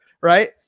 right